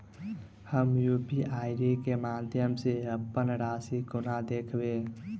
हम यु.पी.आई केँ माध्यम सँ अप्पन राशि कोना देखबै?